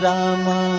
Rama